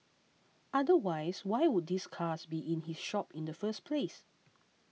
otherwise why would these cars be in his shop in the first place